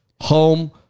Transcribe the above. home